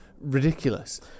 ridiculous